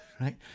right